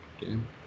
game